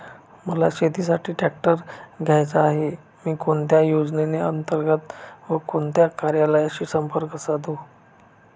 मला शेतीसाठी ट्रॅक्टर घ्यायचा आहे, मी कोणत्या योजने अंतर्गत व कोणत्या कार्यालयाशी संपर्क साधू?